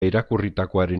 irakurritakoaren